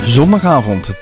Zondagavond